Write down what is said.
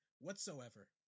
whatsoever